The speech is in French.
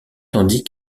tandis